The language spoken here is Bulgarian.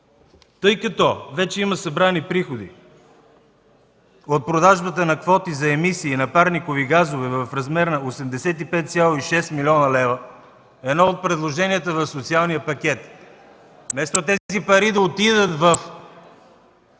Тъй като вече има събрани приходи от продажбата на квоти за емисии на парникови газове в размер на 85,6 млн. лв., едно от предложенията в социалния пакет е: вместо тези пари да отидат във